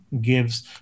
gives